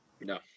No